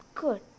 good